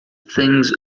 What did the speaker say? things